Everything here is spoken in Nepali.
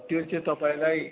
त्यो चाहिँ तपाईँलाई